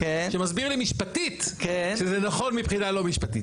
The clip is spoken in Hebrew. שמסביר לי משפטית שזה נכון מבחינה לא משפטית.